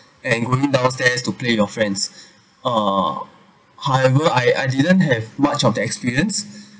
and going downstairs to play your friends uh however I I didn't have much of the experience